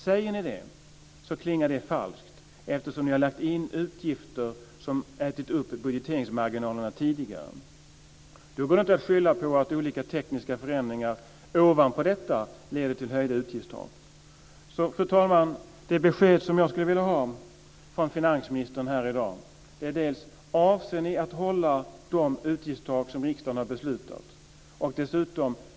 Om ni säger det klingar det falskt, eftersom ni har lagt in utgifter som ätit upp budgeteringsmarginalerna tidigare. Då går det inte att skylla på att de olika tekniska förändringarna ovanpå detta leder till höjda utgiftstak. Fru talman! Det besked som jag skulle vilja ha från finansministern i dag är: Avser ni att hålla de utgiftstak som riksdagen har beslutat?